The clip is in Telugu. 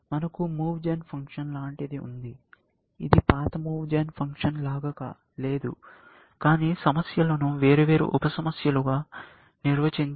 మనకు మూవ్ జెన్ ఫంక్షన్ లాంటిది ఉంది ఇది పాత మూవ్ జెన్ ఫంక్షన్ లాగా లేదు కానీ సమస్యలను వేర్వేరు ఉప సమస్యలుగా నిర్వచించి మీకు SET ఇస్తుంది